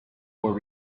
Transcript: were